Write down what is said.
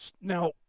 now